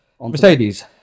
mercedes